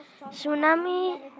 Tsunami